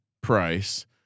price